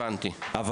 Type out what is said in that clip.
אבל,